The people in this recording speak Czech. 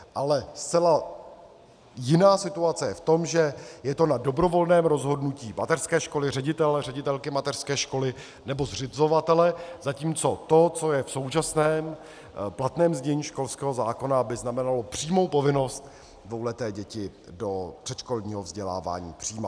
Ale zcela jiná situace je v tom, že to je na dobrovolném rozhodnutí mateřské školy, ředitele, ředitelky mateřské školy nebo zřizovatele, zatímco to, co je v současném platném znění školského zákona, by znamenalo přímou povinnost dvouleté děti do předškolního vzdělávání přijímat.